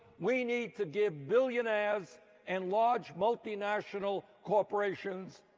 we need to give billionaires and large multi national corporations